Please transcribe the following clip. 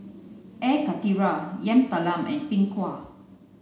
Air Karthira Yam Talam and Png Kueh